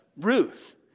Ruth